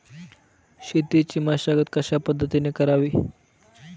शेतीची मशागत कशापद्धतीने करावी?